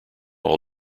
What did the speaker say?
all